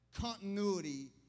continuity